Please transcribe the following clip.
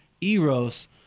eros